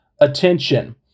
attention